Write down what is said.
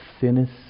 thinnest